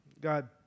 God